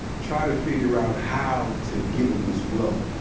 try to figure out how to give him this blow.